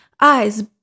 eyes